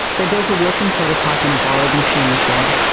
they built a working prototype in a borrowed machine shed.